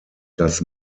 das